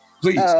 Please